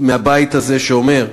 מהבית הזה, שאומר: